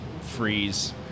freeze